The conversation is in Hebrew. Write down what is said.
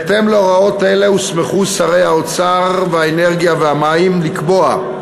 בהתאם להוראות אלה הוסמכו שרי האוצר והאנרגיה והמים לקבוע,